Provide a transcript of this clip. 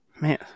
Man